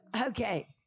Okay